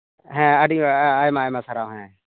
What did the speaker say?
ᱦᱮᱸ ᱟᱹᱰᱤ ᱟᱭᱢᱟ ᱟᱭᱢᱟ ᱥᱟᱨᱦᱟᱣ ᱦᱮᱸ